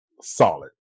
Solid